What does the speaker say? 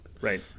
Right